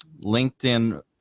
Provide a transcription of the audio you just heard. LinkedIn